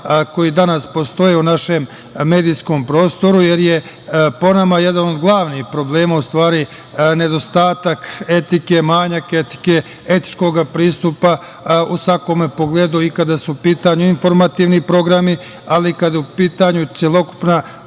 koji danas postoje u našem medijskom prostoru, jer je, po nama, jedan od glavnih problema nedostatak etike, manjak etike, etičkog pristupa u svakom pogledu i kada su u pitanju informativni programu, ali i kada je u pitanju celokupna